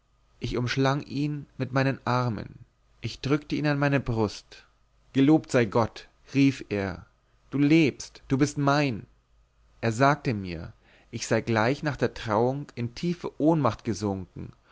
ich umschlang ihn mit meinen armen ich drückte ihn an meine brust gelobt sei gott rief er du lebst du bist mein er sagte mir ich sei gleich nach der trauung in tiefe ohnmacht gesunken